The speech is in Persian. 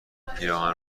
پیراهن